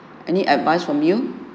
any advice from you